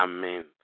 Amen